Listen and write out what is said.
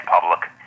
public